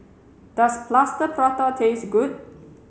does plaster prata taste good